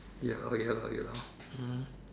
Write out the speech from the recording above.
ya lah ya lah ya lah hmm